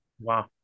Wow